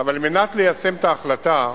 על מנת ליישם את ההחלטה,